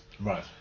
Right